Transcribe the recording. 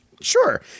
Sure